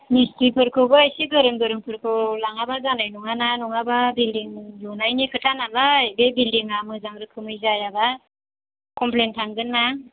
मिस्ट्रिफोरखौबो एसे गोरों गोरोंफोरखौ लाङाबा जानाय नङा ना नङाबा बिल्डिं लुनायनि खोथा नालाय बे बिल्डिंआ मोजां रोखोमै जायाबा कमप्लेन थांगोन ना